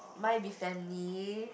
might be family